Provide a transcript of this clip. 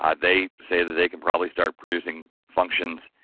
um they say that they can probably start producing functions,